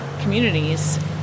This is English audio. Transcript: communities